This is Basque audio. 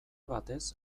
batez